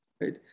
right